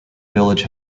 village